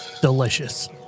Delicious